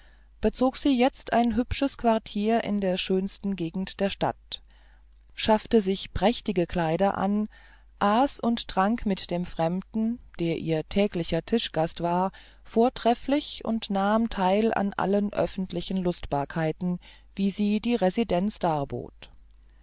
bezog sie jetzt ein hübsches quartier in der schönsten gegend der stadt schaffte sich prächtige kleider an aß und trank mit dem fremden der ihr täglicher tischgast war vortrefflich und nahm teil an allen öffentlichen lustbarkeiten wie sie die residenz